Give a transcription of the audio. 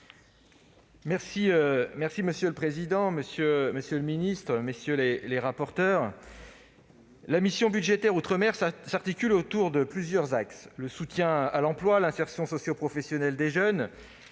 Monsieur le président, monsieur le ministre, mes chers collègues, la mission budgétaire « Outre-mer » s'articule autour de plusieurs axes : le soutien à l'emploi, l'insertion socioprofessionnelle des jeunes,